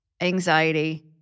anxiety